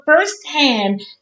firsthand